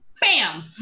Bam